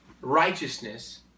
Righteousness